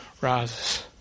rises